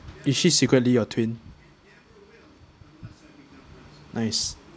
is she secretly your twin nice